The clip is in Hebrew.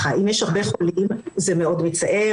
אם יש הרבה חולים זה מאוד מצער,